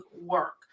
work